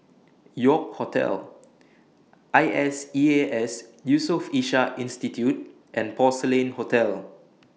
York Hotel I S E A S Yusof Ishak Institute and Porcelain Hotel